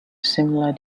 similar